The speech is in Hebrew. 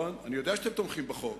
תומכים בחוק.